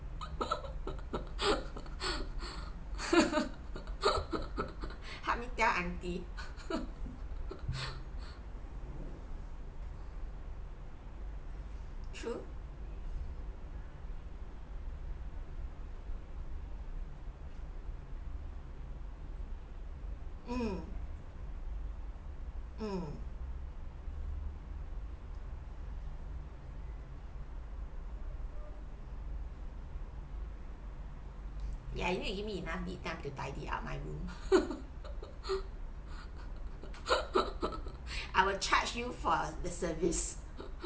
how many are empty true mm mm ya you need to give me enough me time to tidy up my room I will charge you for the service